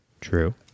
True